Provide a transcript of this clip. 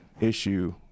issue